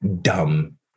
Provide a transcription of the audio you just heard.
dumb